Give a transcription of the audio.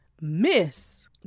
Miss